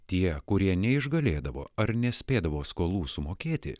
tie kurie neišgalėdavo ar nespėdavo skolų sumokėti